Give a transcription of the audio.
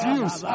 use